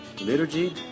liturgy